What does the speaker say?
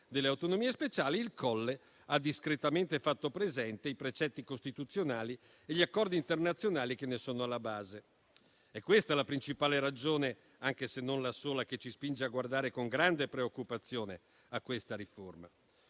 delle autonomie speciali, il Colle ha discretamente fatto presente i precetti costituzionali e gli accordi internazionali che ne sono alla base. È questa la principale ragione, anche se non la sola, che ci spinge a guardare con grande preoccupazione a questa riforma.